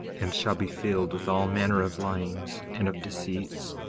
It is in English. and shall be filled with all manner of lyings, and of deceits,